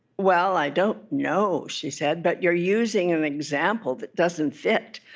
well, i don't know she said. but you're using an example that doesn't fit,